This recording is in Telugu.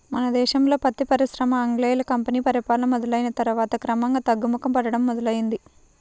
మన దేశంలో పత్తి పరిశ్రమ ఆంగ్లేయుల కంపెనీ పరిపాలన మొదలయ్యిన తర్వాత క్రమంగా తగ్గుముఖం పట్టడం మొదలైంది